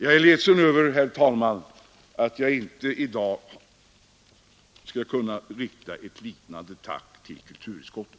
Jag är ledsen över att jag inte i dag kan rikta ett liknande tack till kulturutskottet.